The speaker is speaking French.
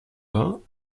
vingt